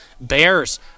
Bears